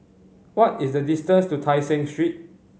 what is the distance to Tai Seng Street